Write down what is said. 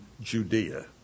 Judea